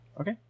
okay